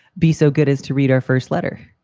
be so good as to read our first letter?